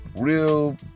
Real